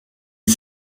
par